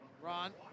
Ron